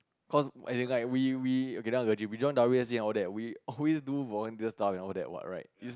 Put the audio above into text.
cause as in like we we okay now it's legit like we don't W S C all that we always do volunteer stuff and all that what right it's